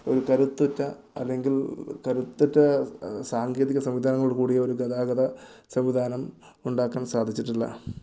ഒരു കരുത്തുറ്റ അല്ലെങ്കിൽ കരുത്തുറ്റ സാങ്കേതിക സംവിധാനത്തോട് കൂടിയ ഒരു ഗതാഗത സംവിധാനം ഉണ്ടാക്കാൻ സാധിച്ചിട്ടില്ല